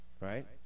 Right